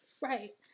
right